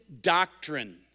doctrine